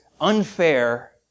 unfair